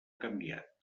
canviat